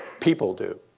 people do.